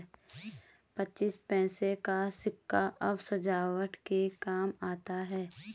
पच्चीस पैसे का सिक्का अब सजावट के काम आता है